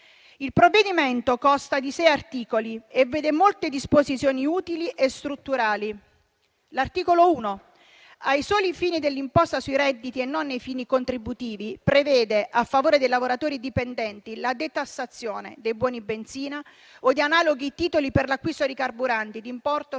Il provvedimento consta di sei articoli e contiene molte disposizioni utili e strutturali. L'articolo 1, ai soli fini dell'imposta sui redditi e non a fini contributivi, prevede - a favore dei lavoratori dipendenti - la detassazione dei buoni benzina o di analoghi titoli per l'acquisto di carburanti di importo